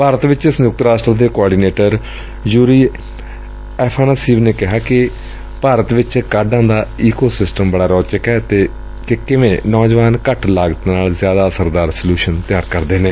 ਭਾਰਤ ਵਿਚ ਸੰਯੁਕਤ ਰਾਸ਼ਟਰ ਦੇ ਕੋਆਰਡੀਨੇਟਰ ਯੁਰੀ ਐਫਾਨਾਸੀਵ ਨੇ ਕਿਹੈ ਕਿ ਭਾਰਤ ਵਿਚ ਕਾਢਾਂ ਦਾ ਈਕੋ ਸਿਸਟਮ ਬੜਾ ਰੌਚਿਕ ਏ ਕਿ ਕਿਵੇਂ ਨੌਜਵਾਨ ਘੱਟ ਲਾਗਤ ਨਾਲ ਜ਼ਿਆਦਾ ਅਸਰਦਾਰ ਸਲੁਸਨ ਤਿਆਰ ਕਰਦੇ ਨੇ